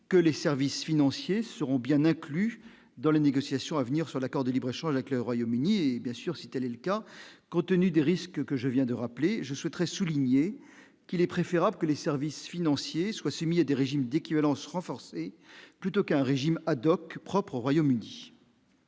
que les services financiers seront bien inclus dans les négociations à venir sur l'accord de libre-échange avec le Royaume-Uni et, bien sûr, si telle est le cas Compte-tenu des risques que je viens de rappeler je souhaiterai souligner qu'il est préférable que les services financiers soient soumis à des régimes d'équivalence renforcer plutôt qu'un régime Haddock propre au Royaume-Uni.